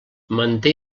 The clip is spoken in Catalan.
manté